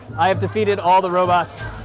i have defeated all the robots,